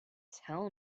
tell